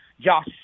Josh